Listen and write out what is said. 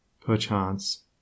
perchance